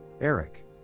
Eric